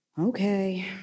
Okay